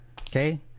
Okay